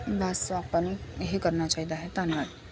ਬਸ ਆਪਾਂ ਨੂੰ ਇਹ ਕਰਨਾ ਚਾਹੀਦਾ ਹੈ ਧੰਨਵਾਦ